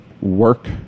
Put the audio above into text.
work